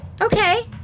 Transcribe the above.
Okay